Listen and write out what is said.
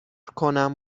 کنم